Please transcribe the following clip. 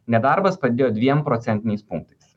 nedarbas padidėjo dviem procentiniais punktais